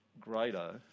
greater